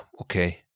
Okay